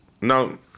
no